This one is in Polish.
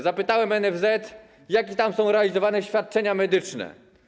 Zapytałem NFZ, jak tam są realizowane świadczenia medyczne.